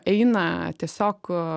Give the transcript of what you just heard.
eina tiesiog